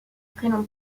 prénom